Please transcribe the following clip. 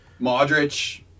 Modric